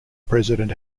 president